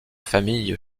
famille